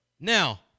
now